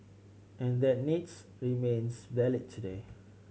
and that needs remains valid today